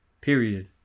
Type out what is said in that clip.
period